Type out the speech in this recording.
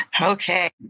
Okay